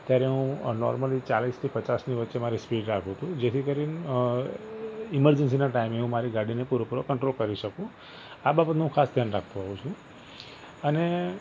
ત્યારે હું નોર્મલી ચાળીસથી પચાસની વચ્ચે મારી સ્પીડ રાખું છું જેથી કરીન ઈમરજન્સીના ટાઈમે હું મારી ગાડીને પૂરેપૂરો કંટ્રોલ કરી શકું આ બાબતનો હું ખાસ ધ્યાન રાખતો હોઉં છું અને